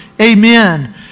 Amen